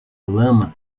lama